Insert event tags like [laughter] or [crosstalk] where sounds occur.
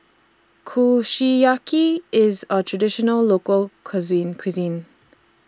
Kushiyaki IS A Traditional Local [unintelligible] Cuisine